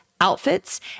outfits